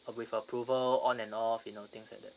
with approval on and off you know things like that